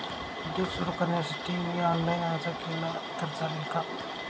उद्योग सुरु करण्यासाठी मी ऑनलाईन अर्ज केला तर चालेल ना?